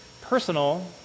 personal